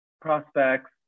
prospects